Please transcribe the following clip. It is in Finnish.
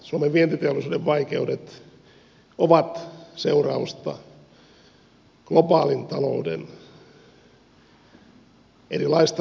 suomen vientiteollisuuden vaikeudet ovat seurausta globaalin talouden erilaisista seurauksista